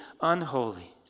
unholy